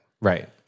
right